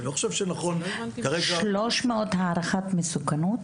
300 הערכת מסוכנות?